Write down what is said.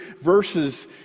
verses